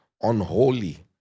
unholy